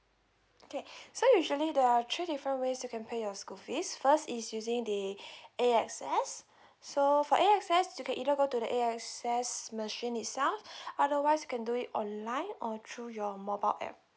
okay so usually there are three different ways you can pay your school fees first is using the A_X_S so for A_X_S you can either go to the A_X_S machine itself otherwise can do it online or through your mobile app